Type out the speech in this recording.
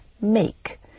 make